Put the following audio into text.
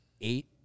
eight